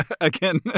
again